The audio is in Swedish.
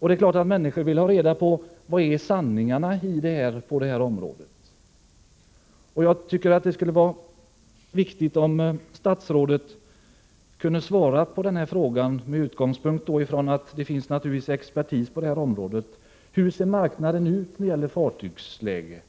Människorna vill självfallet få reda på sanningen. Det vore bra om statsrådet med utgångspunkt i att det naturligtvis finns expertis på detta område kunde svara på frågan: Hur ser marknaden för fartygsproduktion ut?